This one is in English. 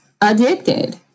addicted